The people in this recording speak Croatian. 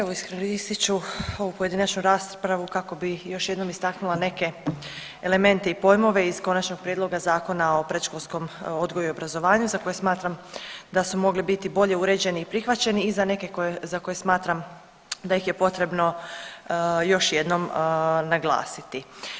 Evo iskoristit ću ovu pojedinačnu raspravu kako bih još jednom istaknula neke elemente i pojmove iz Konačnog prijedloga Zakona o predškolskom odgoju i obrazovanju za koje smatram da su mogli biti bolje uređeni i prihvaćeni i za neke koje smatram da ih je potrebno još jednom naglasiti.